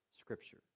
scripture